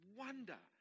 wonder